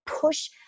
push